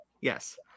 yes